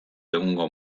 egungo